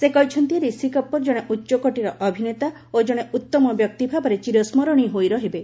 ସେ କହିଛନ୍ତି ରିଷି କପୁର ଜଣେ ଉଚ୍ଚକୋଟିର ଅଭିନେତା ଓ ଜଣେ ଉତ୍ତମ ବ୍ୟକ୍ତି ଭାବେ ଚିରସ୍କରଣୀୟ ହୋଇ ରହିବେ